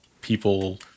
people